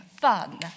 fun